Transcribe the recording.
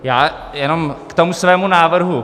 Já jenom k tomu svému návrhu.